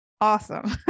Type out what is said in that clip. Awesome